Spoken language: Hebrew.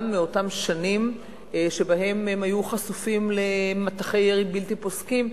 גם מאותן שנים שבהן הם היו חשופים למטחי ירי בלתי פוסקים.